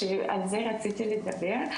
שעל זה רציתי לדבר,